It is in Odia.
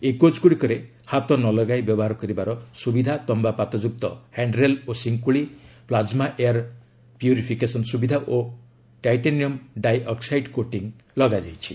ଏହି କୋଚ୍ଗୁଡ଼ିକରେ ହାତ ନଲଗାଇ ବ୍ୟବହାର କରିବାର ସୁବିଧା ତମ୍ଭା ପାତ ଯୁକ୍ତ ହ୍ୟାଶ୍ଡରେଲ୍ ଓ ଶିଙ୍କୁଳି ପ୍ଲାଜମା ଏୟାର୍ ପ୍ୟୁରିଫିକେସନ୍ ସୁବିଧା ଓ ଟାଇଟାନିୟମ୍ ଡାଇ ଅକ୍କାଇଡ୍ କୋଟିଂ ଲଗାଯାଇଛି